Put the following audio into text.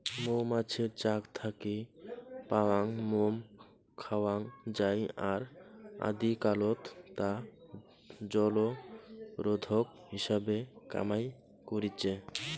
মৌমাছির চাক থাকি পাওয়াং মোম খাওয়াং যাই আর আদিকালত তা জলরোধক হিসাবে কামাই করিচে